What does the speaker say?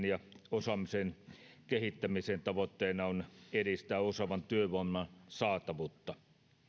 ja osaamisen kehittämisen tavoitteena on edistää osaavan työvoiman saatavuutta